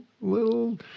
little